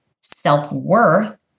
self-worth